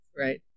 Right